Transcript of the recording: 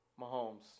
Mahomes